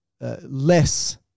less